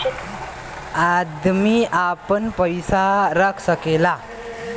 अदमी आपन पइसा रख सकेला